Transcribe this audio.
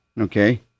Okay